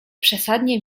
przesadnie